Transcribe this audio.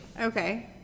Okay